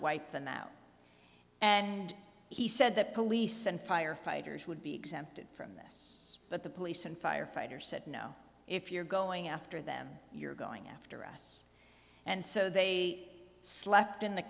wipe them out and he said that police and firefighters would be exempted from this but the police and firefighters said no if you're going after them you're going after us and so they slept in the